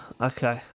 okay